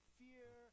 fear